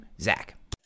Zach